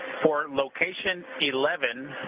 for location eleven,